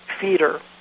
feeder